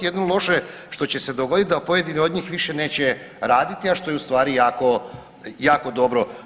Jedino loše što će se dogoditi da pojedini od njih više neće raditi, a što je u stvari jako, jako dobro.